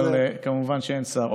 כמובן שאין שר.